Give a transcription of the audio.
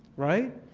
right?